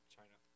China